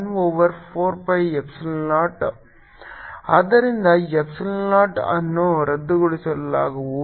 σR ddzr R4π ln Rr r≥R 0 r≤R r R r2R2 2rRcosϕ z z2 dϕdzr2R2 2rRcosϕ z z2 ಆದ್ದರಿಂದ epsilon naught ಅನ್ನು ರದ್ದುಗೊಳಿಸಲಾಗುವುದು